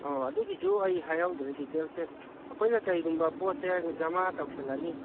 ꯑꯧ ꯑꯗꯨꯒꯤꯁꯨ ꯑꯩ ꯍꯥꯏꯍꯧꯗ꯭ꯔꯦ ꯗꯤꯇꯦꯜꯁꯁꯦ ꯑꯩꯈꯣꯏꯅ ꯀꯩꯒꯨꯝꯕ ꯄꯣꯠꯁꯦ ꯖꯃꯥ ꯇꯧꯁꯤꯜꯂꯅꯤ